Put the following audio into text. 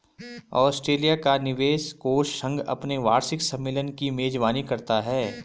Australia का निवेश कोष संघ अपने वार्षिक सम्मेलन की मेजबानी करता है